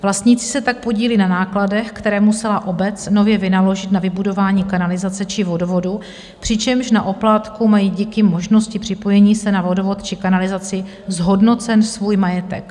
Vlastníci se tak podílí na nákladech, které musela obec nově vynaložit na vybudování kanalizace či vodovodu, přičemž na oplátku mají díky možnosti připojení se na vodovod či kanalizaci zhodnocen svůj majetek.